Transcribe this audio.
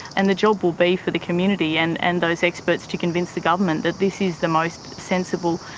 and the job will be for the community and and those experts to convince the government that this is the most sensible,